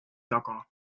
taga